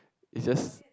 is just